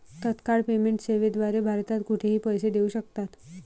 तत्काळ पेमेंट सेवेद्वारे भारतात कुठेही पैसे देऊ शकतात